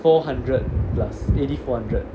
four hundred plus eh is it four hundred